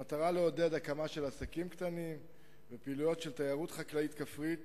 במטרה לעודד הקמה של עסקים קטנים ופעילויות של תיירות חקלאית-כפרית